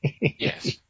Yes